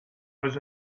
was